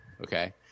okay